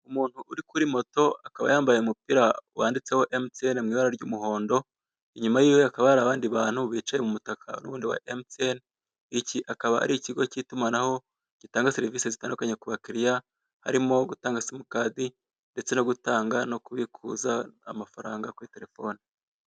Umuntu uri kuri moto akaba yambaye umupira wanditseho emutiyene mu ibara ry'umuhondo, inyuma yiwe hakaba hari abandi bantu bicaye mu mutaka n'ubundi wa emutiyene. Iki akaba ari ikigo k'itumanaho gitanga serivisi zitandukanye ku bakiriya harimo gutanga simukadi ndetse no gutanga no kubikuza amafaranga kuri telefone.